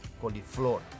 coliflor